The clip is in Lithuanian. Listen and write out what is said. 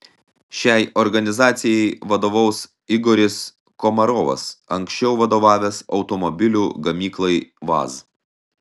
šiai organizacijai vadovaus igoris komarovas anksčiau vadovavęs automobilių gamyklai vaz